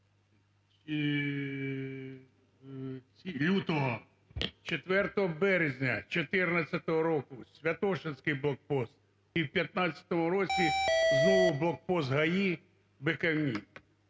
лютого, 4 березня 2014 року – святошинський блокпост, і в 2015 році – знову блокпост ГАІ в Биківні.